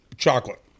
Chocolate